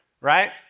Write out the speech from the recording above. right